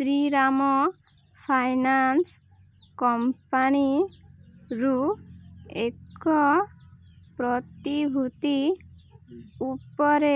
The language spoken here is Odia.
ଶ୍ରୀରାମ ଫାଇନାନ୍ସ କମ୍ପାନୀରୁ ଏକ ପ୍ରତିଭୂତି ଉପରେ